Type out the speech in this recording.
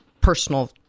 personal